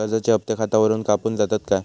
कर्जाचे हप्ते खातावरून कापून जातत काय?